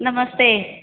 नमस्ते